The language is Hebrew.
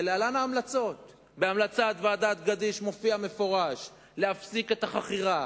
ולהלן ההמלצות -בהמלצת ועדת-גדיש מופיע במפורש: להפסיק את החכירה.